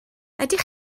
ydych